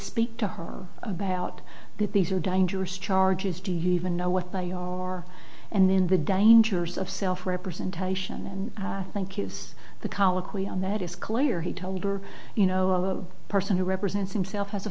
speak to her about these are dangerous charges do you even know what they are and then the dangers of self representation and i think use the colloquy on that is clear he told her you know a person who represents himself has a